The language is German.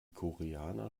koreaner